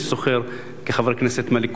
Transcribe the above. מי שזוכר,